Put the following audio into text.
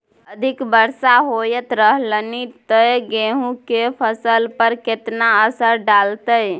अधिक वर्षा होयत रहलनि ते गेहूँ के फसल पर केतना असर डालतै?